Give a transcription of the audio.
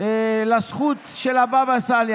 לזכות של הבבא סאלי.